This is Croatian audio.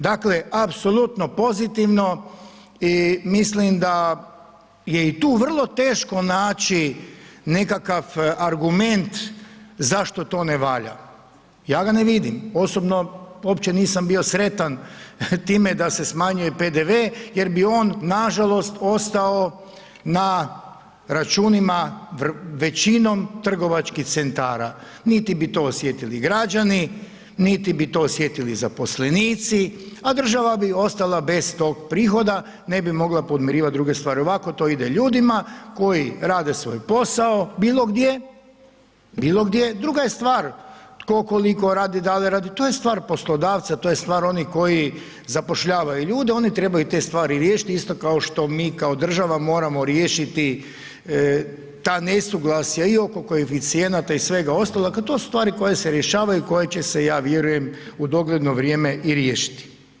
Dakle, apsolutno pozitivno i mislim da je i tu vrlo teško naći nekakav argument zašto to ne valja, ja ga ne vidim, osobno uopće nisam bio sretan time da se smanjuje PDV jer bi on nažalost ostao na računima većinom trgovačkih centara, niti bi to osjetili građani, niti bi to osjetili zaposlenici a država bi ostala bez tog prihoda, ne bi mogla podmirivat druge stvar, ovako to ide ljudima koji rade svoj posao, bilo gdje, bilo gdje, druga je stvar tko koliko radi, da li radi, to je stvar poslodavca, to je stvar onih koji zapošljavaju ljude, oni trebaju te stvari riješiti, isto kao što mi kao država moramo riješiti ta nesuglasja i oko koeficijenata i svega ostalog a to su stvari koje se rješavaju, koje će se ja vjerujem u dogledno vrijeme i riješiti.